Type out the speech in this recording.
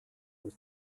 und